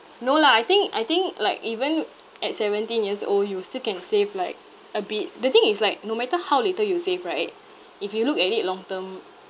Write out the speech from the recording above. no lah I think I think like even at seventeen years old you still can save like a bit the thing is like no matter how little you save right if you look at it long term